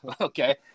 Okay